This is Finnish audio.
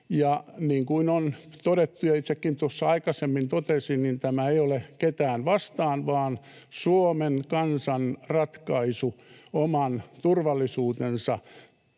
Niin kuin on todettu ja itsekin tuossa aikaisemmin totesin, tämä ei ole ketään vastaan vaan Suomen kansan ratkaisu oman turvallisuutensa